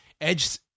Edge